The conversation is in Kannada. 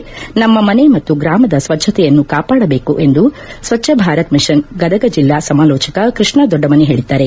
ಈ ಮೂಲಕ ನಮ್ಮ ಮನೆ ಮತ್ತು ಗ್ರಾಮದ ಸ್ವಚ್ಛತೆಯನ್ನು ಕಾಪಾಡಬೇಕು ಎಂದು ಸ್ವಚ್ಛ ಭಾರತ್ ಮಿಷನ್ ಗದಗ ಜಿಲ್ಲಾ ಸಮಾಲೋಚಕ ಕೃಷ್ಣ ದೊಡ್ಡಮನಿ ಹೇಳಿದ್ದಾರೆ